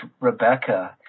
Rebecca